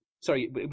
sorry